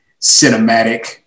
cinematic